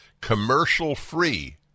commercial-free